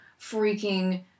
freaking